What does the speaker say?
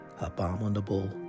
abominable